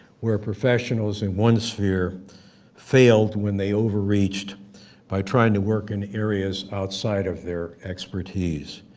where professionals in one sphere failed when they overreached by trying to work in areas outside of their expertise.